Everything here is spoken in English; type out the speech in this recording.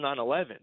9-11